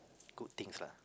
good things lah